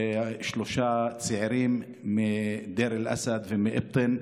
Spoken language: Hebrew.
שלושה צעירים, מדיר אל-אסד ומאבטין.